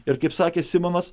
ir kaip sakė simonas